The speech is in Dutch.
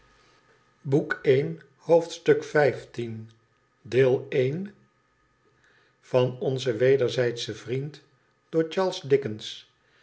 vrie onze wederzijdsche vriend door charles dickens